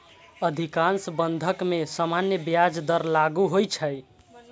अधिकांश बंधक मे सामान्य ब्याज दर लागू होइ छै